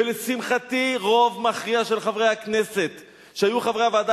ולשמחתי רוב מכריע של חברי הכנסת שהיו חברי הוועדה,